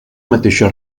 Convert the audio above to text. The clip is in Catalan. mateixa